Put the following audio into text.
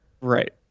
right